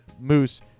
moose